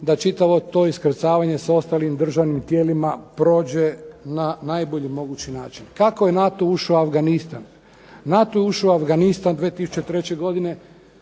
da čitavo to iskrcavanje sa ostalim državnim tijelima prođe na najbolji mogući način. Kako je NATO ušao u Afganistan? NATO je ušao u Afganistan 2003. godine